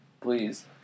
Please